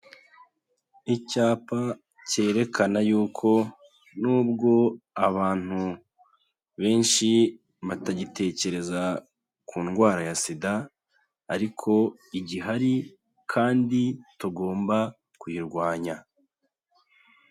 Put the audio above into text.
Icyapa cyerekana yuko n'ubwo abantu benshi batagitekereza ku ndwara ya SIDA ariko igihari kandi tugomba kuyirwanya.